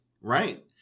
right